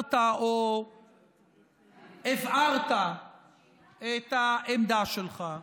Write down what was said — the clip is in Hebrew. שהזכרת או הבהרת את העמדה שלך,